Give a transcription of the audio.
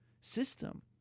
system